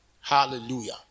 hallelujah